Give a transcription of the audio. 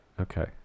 Okay